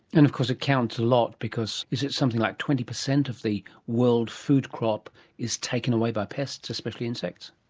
and of course it counts a lot because. is it something like twenty percent of the world food crop is taken away by pests, especially insects?